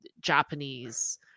Japanese